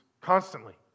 constantly